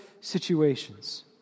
situations